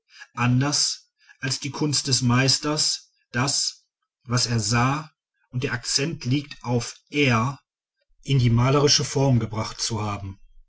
anders als die kunst des meisters das was er sah und der akzent liegt auf er in die malerische form gebracht zu haben